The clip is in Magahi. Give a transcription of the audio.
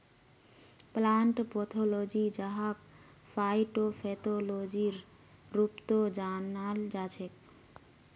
प्लांट पैथोलॉजी जहाक फाइटोपैथोलॉजीर रूपतो जानाल जाछेक